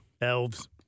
Elves